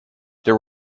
there